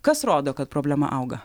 kas rodo kad problema auga